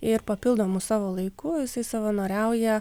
ir papildomu savo laiku jisai savanoriauja